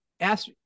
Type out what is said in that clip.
ask